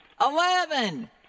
eleven